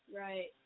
Right